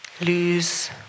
lose